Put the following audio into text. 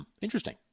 interesting